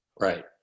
Right